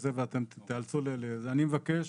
אני מבקש,